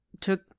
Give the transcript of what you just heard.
took